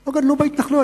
לא גדלו בהתנחלויות.